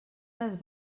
les